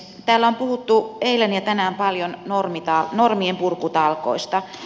täällä on puhuttu eilen ja tänään paljon normien purkutalkoista